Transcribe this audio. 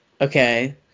Okay